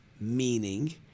Meaning